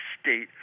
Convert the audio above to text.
state